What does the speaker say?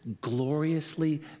gloriously